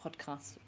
podcast